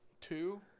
Two